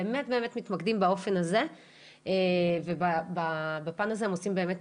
הם באמת באמת מתקדמים באופן הזה ובפן הזה הם עושים באמת